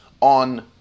on